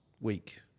week